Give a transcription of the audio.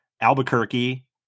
Albuquerque